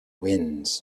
winds